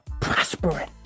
Prospering